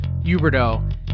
Huberto